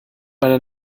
meine